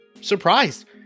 surprised